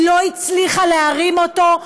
והיא לא הצליחה להרים אותו,